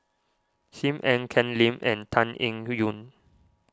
Sim Ann Ken Lim and Tan Eng Yoon